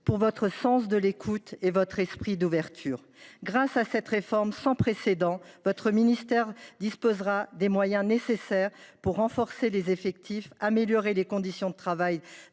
pour votre sens de l’écoute et votre esprit d’ouverture. Grâce à cette réforme sans précédent, votre ministère disposera des moyens nécessaires pour renforcer ses effectifs, améliorer les conditions de travail